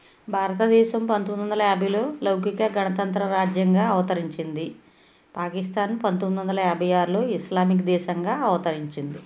భారతదేశం పంతొమ్మిదొందల యాభైలో లౌకిక గణతంత్ర రాజ్యంగా అవతరించింది పాకిస్థాన్ పంతొమ్మిదొందల యాభై ఆరులో ఇస్లామిక్ దేశంగా అవతరించింది